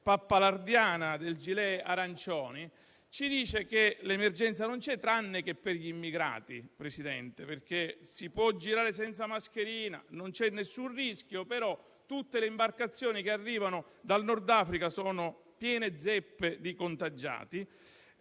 pappalardiana dei gilet arancioni, ci dice che l'emergenza non c'è tranne che per gli immigrati, Presidente: si può girare senza mascherina, non c'è alcun rischio, però tutte le imbarcazioni che arrivano dal Nord Africa sono piene zeppe di contagiati.